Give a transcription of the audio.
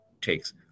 takes